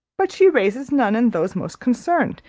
but she raises none in those most concerned.